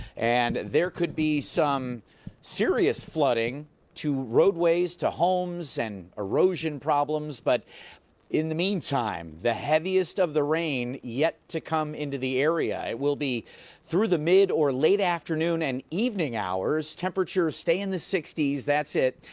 and there could be some serious flooding to road ways to homes, and erosion problems. but in the meantime, the heaviest of the rain yet to come into the area. it will be through the mid or late afternoon and evening hours. temperatures stay in the sixty s that's it.